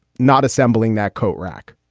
not assembling that coat rack